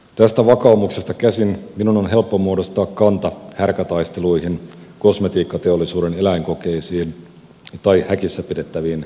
tästä vakaumuksesta käsin minun on helppo muodostaa kanta härkätaisteluihin kosmetiikkateollisuuden eläinkokeisiin tai häkissä pidettäviin lemmikkeihin